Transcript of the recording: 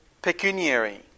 Pecuniary